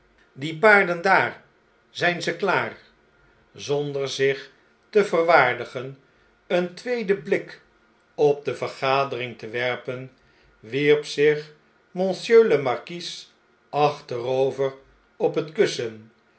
die paarden daar zjjn ze klaar zonder zich te verwaardigen een tweeden blik op de vergadering te werpen wierp zich monsieur le marquis achterover op het kussen